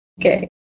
Okay